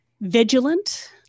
vigilant